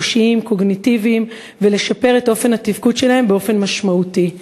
חושיים וקוגניטיביים ולשפר את אופן התפקוד שלהם באופן משמעותי.